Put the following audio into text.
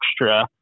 extra